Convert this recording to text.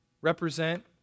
represent